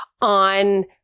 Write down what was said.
on